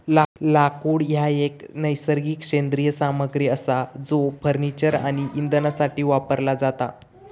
लाकूड हा एक नैसर्गिक सेंद्रिय सामग्री असा जो फर्निचर आणि इंधनासाठी वापरला जाता